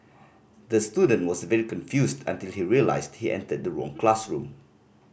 the student was very confused until he realised he entered the wrong classroom